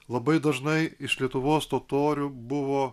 labai dažnai iš lietuvos totorių buvo